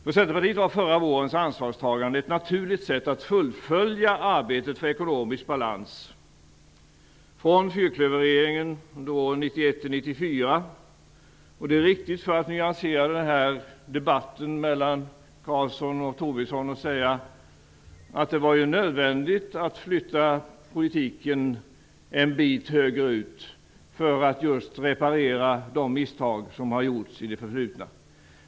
För Centerpartiet var förra vårens ansvarstagande ett naturligt sätt att fullfölja arbetet för ekonomisk balans från fyrklöverregeringen 1991-1994. Det är riktigt, för att nyansera debatten mellan Carlsson och Tobisson, att säga att det var nödvändigt att flytta politiken en bit högerut för att just reparera de misstag som har gjorts i det förflutna.